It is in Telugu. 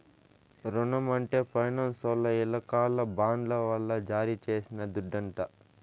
రునం అంటే ఫైనాన్సోల్ల ఇలాకాల బాండ్ల వల్ల జారీ చేసిన దుడ్డంట